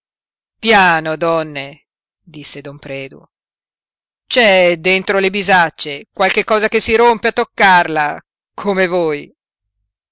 piano donne disse don predu c'è dentro le bisacce qualche cosa che si rompe a toccarla come voi